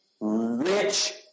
rich